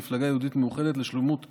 מפלגה יהודית מאוחדת לשלמות התורה,